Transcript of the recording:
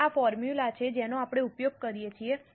હવે આ ફોર્મ્યુલા છે જેનો આપણે ઉપયોગ કરીએ છીએ